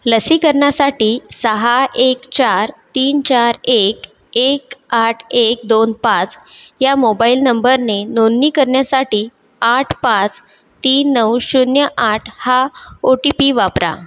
लसीकरणासाठी सहा एक चार तीन चार एक एक आठ एक दोन पाच या मोबाईल नंबरने नोंदणी करण्यासाठी आठ पाच तीन नऊ शून्य आठ हा ओ टी पी वापरा